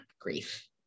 grief